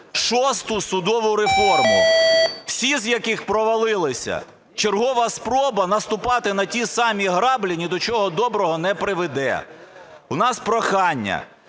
шосту судову реформу, всі, з яких провалилися, чергова спроба наступати на ті самі граблі ні до чого доброго не приведе. У нас прохання: